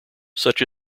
such